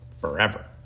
forever